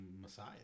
messiah